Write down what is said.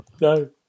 no